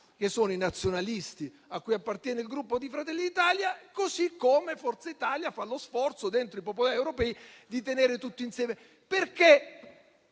che sono i nazionalisti a cui appartiene il Gruppo Fratelli d'Italia; così come Forza Italia fa lo sforzo, dentro i popolari europei, di tenere tutti insieme. Perché